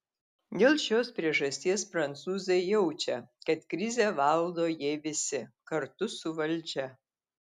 dėl šios priežasties prancūzai jaučia kad krizę valdo jie visi kartu su valdžia